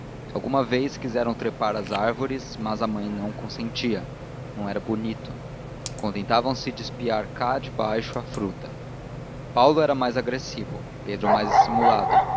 alguma vez quiseram trepar às árvores mas a mãe não consentia não era bonito contentavam se de espiar cá de baixo a fruta paulo era mais agressivo pedro mais dissimulado